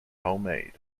homemade